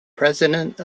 president